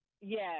Yes